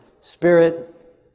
spirit